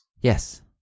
Yes